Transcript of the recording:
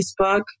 Facebook